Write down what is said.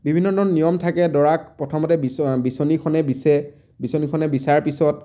বিভিন্ন ধৰণৰ নিয়ম থাকে দৰাক প্ৰথমতে বিচ বিচনীখনে বিচে বিচনীখনে বিচাৰ পিছত